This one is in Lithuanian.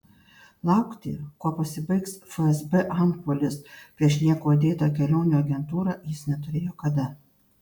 laukti kuo pasibaigs fsb antpuolis prieš niekuo dėtą kelionių agentūrą jis neturėjo kada